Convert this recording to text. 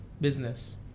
business